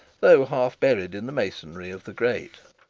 though half buried in the masonry of the grate.